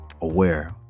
aware